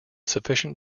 sufficient